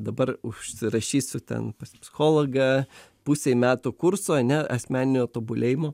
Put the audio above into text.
dabar užsirašysiu ten pas psichologą pusei metų kurso ane asmeninio tobulėjimo